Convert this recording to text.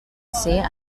ser